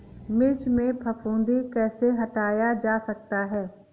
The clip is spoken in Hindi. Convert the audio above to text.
मिर्च में फफूंदी कैसे हटाया जा सकता है?